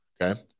Okay